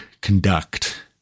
conduct